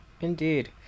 Indeed